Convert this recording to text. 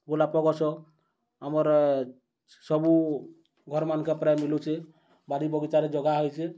ଗୋଲାପ ଗଛ ଆମଋ ସବୁ ଘର୍ମାନ୍କେ ପ୍ରାୟ ମିଲୁଛେ ବାଡ଼ି ବଗିଚାରେ ଜଗା ହେଇଛେ